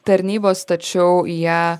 tarnybos tačiau jie